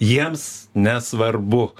jiems nesvarbu